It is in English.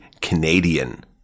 Canadian